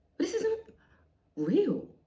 this isn't real.